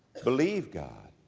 believe god.